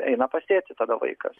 eina pas tėtį tada vaikas